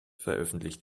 veröffentlicht